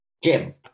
Jim